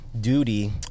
duty